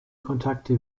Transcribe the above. kontakte